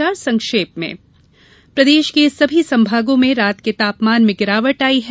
समाचार संक्षेप में प्रदेश के सभी संभागों में रात के तापमान गिरावट आई है